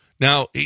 Now